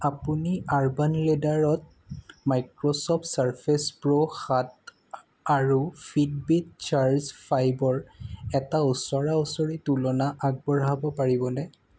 আপুনি আৰ্বান লেডাৰত Microsoft Surface Pro সাত আৰু ফিটবিট চাৰ্জ ফাইবৰ এটা ওচৰা উচৰি তুলনা আগবঢ়াব পাৰিবনে